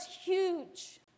huge